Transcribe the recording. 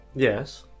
Yes